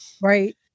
Right